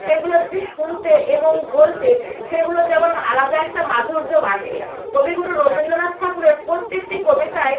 সেইগুলোর যে শুনতে এবং বলতে সেগুলো যেমন আলাদা একটা মাধুর্য আসে কবিগুরু রবীন্দ্রনাথ ঠাকুরের প্রত্যেকটি কবিতায়